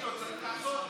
צריך לעשות,